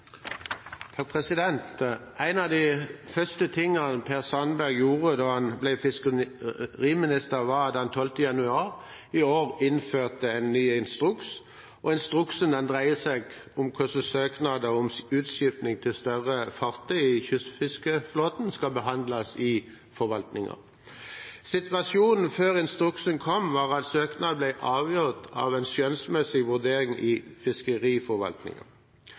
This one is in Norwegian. av det første Per Sandberg gjorde da han ble fiskeriminister, var at han 12. januar i år innførte en ny instruks. Instruksen dreier seg om hvordan søknader om utskiftning til større fartøy i kystfiskeflåten skal behandles i forvaltningen. Situasjonen før instruksen kom, var at søknader ble avgjort av en skjønnsmessig vurdering i